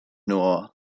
noire